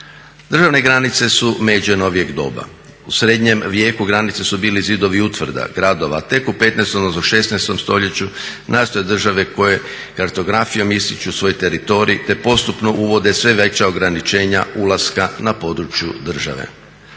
Državne granice su međe novijeg doba. U srednjem vijeku granice su bile zidovi utvrda, gradova, tek u 15. odnosno 16.stoljeću nastaju države koje kartografijom ističu svoj teritorij te postupno uvode sve veća ograničenja ulaska na području države.